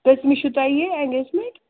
کٔژمہِ چھُو تۄہہِ یہِ اینگیج میٚنٹ